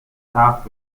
staff